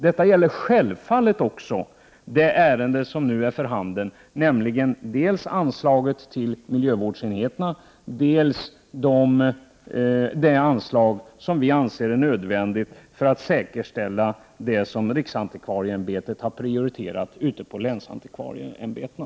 Detta gäller självfallet också det ärende som nu är för handen. Dels är det fråga om anslaget till miljövårdsenheterna, dels det anslag som vi i folkpartiet anser nödvändigt för att fullfölja riksantikvarieämbetets prioriteringar när det gäller länsantikvarieämbetena.